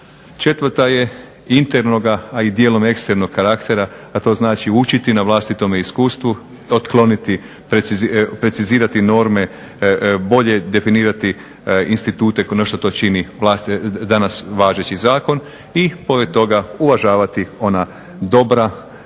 Četvrta je internoga a i dijelom ekstremnog karaktera, a to znači učiti na vlastitome iskustvu, otkloniti, precizirati norme, bolje definirati institute no što to čini danas važeći zakon i pored toga uvažavati ona dobra